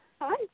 Hi